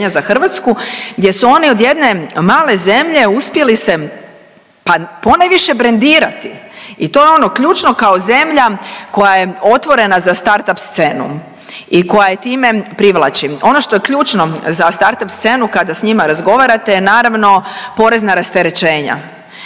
za Hrvatsku, gdje su oni od jedne male zemlje uspjeli se pa ponajviše brendirati i to je ono ključno kao zemlja koja je otvorena za startup scenu i koja je time privlači. Ono što je ključno za startup scenu kada s njima razgovarate je naravno porezna rasterećenja